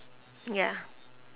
ya